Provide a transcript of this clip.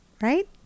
right